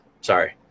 Sorry